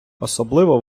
особливо